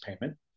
payment